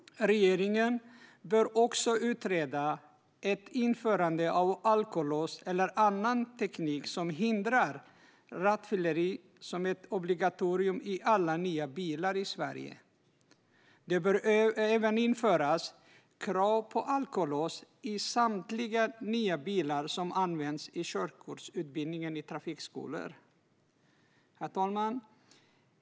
Regeringen bör också utreda ett införande av alkolås - eller annan teknik som hindrar rattfylleri - som ett obligatorium i alla nya bilar i Sverige. Det bör även införas krav på alkolås i samtliga nya bilar som används i körkortsutbildningen i trafikskolor. Herr talman!